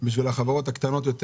בשביל החברות הקטנות יותר.